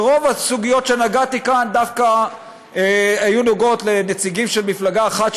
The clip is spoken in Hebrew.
רוב הסוגיות שנגעתי בהן כאן דווקא נגעו לנציגים של מפלגה אחת,